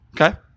Okay